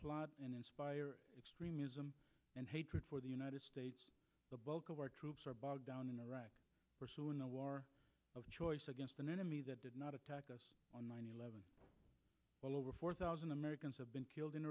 plot extremism and hatred for the united states the bulk of our troops are bogged down in iraq pursuing a war of choice against an enemy that did not attack us on nine eleven well over four thousand americans have been killed in